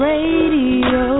Radio